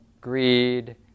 greed